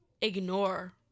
ignore